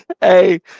Hey